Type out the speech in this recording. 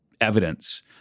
evidence